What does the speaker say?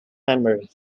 memory